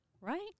Right